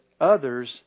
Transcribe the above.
others